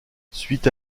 suite